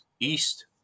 East